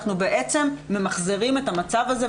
אנחנו ממחזרים את המצב הזה,